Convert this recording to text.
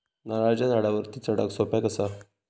नारळाच्या झाडावरती चडाक सोप्या कसा?